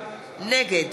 נגד